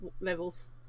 levels